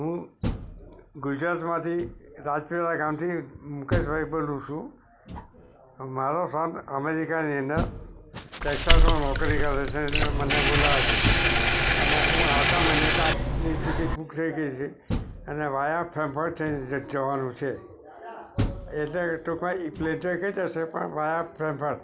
હું ગુજરાતમાંથી રાજ ખેડા ગામથી મુકેશભાઈ બોલું છું મારો સન અમેરિકાની અંદર ટેક્સાસમાં નોકરી કરે છે અને મને બોલાવે છે અને હું આવતા મહિને ત્યાંની ટિકિટ બુક થઈ ગઈ છે અને વાયા ફ્રેન્કફર્ટ થઇને જવાનું છે એટલે ટૂંકમાં પ્લેન તો એક જ હશે પણ વાયા ફ્રેન્કફર્ટ